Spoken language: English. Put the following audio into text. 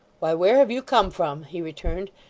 why, where have you come from he returned,